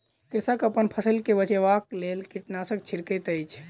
कृषक अपन फसिल के बचाबक लेल कीटनाशक छिड़कैत अछि